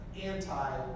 anti-